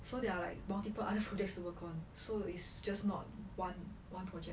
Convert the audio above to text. so they are like multiple other projects to work on so it's just not one one project